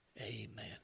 Amen